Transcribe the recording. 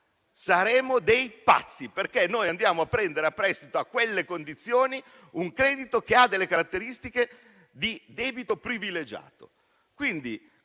saremmo dei pazzi, perché andremmo a prendere in prestito, a quelle condizioni, un credito che ha le caratteristiche di uno privilegiato.